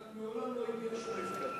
לעולם לא, נפקד.